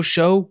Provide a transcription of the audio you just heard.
Show